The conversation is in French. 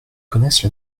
connaissent